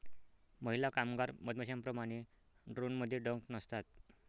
महिला कामगार मधमाश्यांप्रमाणे, ड्रोनमध्ये डंक नसतात